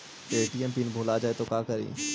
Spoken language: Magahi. ए.टी.एम पिन भुला जाए तो का करी?